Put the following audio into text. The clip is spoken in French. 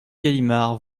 galimard